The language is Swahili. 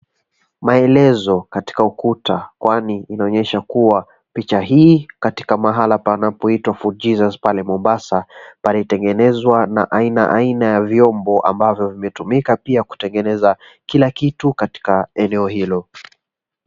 Maelezo katika ukuta, kwani inaonyesha kuwa picha hii iko katika mahala panapoitwa Fort Jesus pale Mombasa. Palitengenezwa na aina aina ya viombo, ambavyo vimetumika pia kutengeneza kila kitu katika eneo hilo.